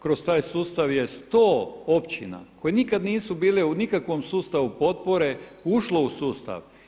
Kroz taj sustav je sto općina koje nikada nisu bile u nikakvom sustavu potpore ušlo u sustav.